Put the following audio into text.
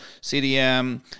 CDM